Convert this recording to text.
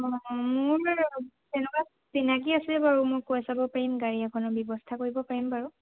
অঁ মোৰ তেনেকুৱা চিনাকী আছে বাৰু মোক কৈ চাব পাৰিম গাড়ী এখনৰ ব্যৱস্থা কৰিব পাৰিম বাৰু